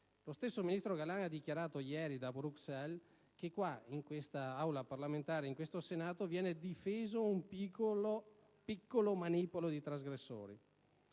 Lo stesso ministro Galan ha dichiarato ieri da Bruxelles che in quest'Aula parlamentare, in questo ramo del Parlamento «viene difeso un piccolo manipolo di trasgressori».